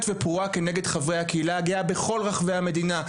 ופרועה כנגד חברי הקהילה הגאה בכל רחבי המדינה.